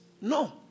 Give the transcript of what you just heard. No